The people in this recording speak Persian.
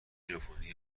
ژاپنی